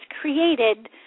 created